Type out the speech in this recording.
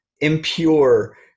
impure